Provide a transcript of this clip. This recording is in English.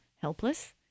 helpless